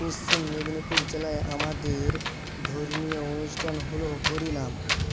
পশ্চিম মেদিনীপুর জেলায় আমাদের ধর্মীয় অনুষ্ঠান হল হরিনাম